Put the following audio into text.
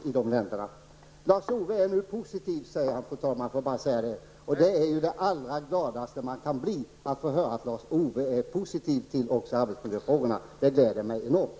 Lars-Ove Hagberg är nu positiv till arbetsmiljöfrågorna, fru talman, enligt vad han säger. Det allra bästa man kan få höra är att också Lars-Ove Hagberg är positiv till arbetsmiljöfrågorna. Det gläder mig enormt.